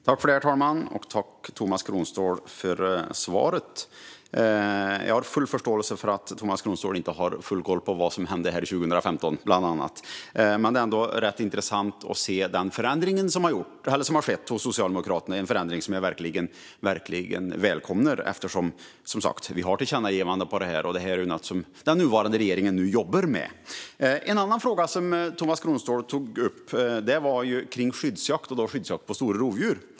Herr talman! Tack, Tomas Kronståhl, för svaret! Jag har full förståelse för att Tomas Kronståhl inte har full koll på vad som hände här 2015, men det är ändå rätt intressant att se den förändring som skett hos Socialdemokraterna - en förändring som jag verkligen välkomnar eftersom vi som sagt har ett tillkännagivande på det här området och det är något som den nuvarande regeringen jobbar med. En annan fråga som Tomas Kronståhl tog upp var skyddsjakt på stora rovdjur.